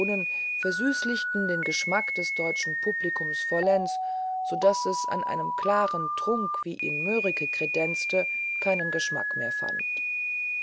versüßlichten den geschmack des deutschen publikums vollends so daß es an einem klaren trunk wie ihn mörike kredenzte keinen geschmack mehr fand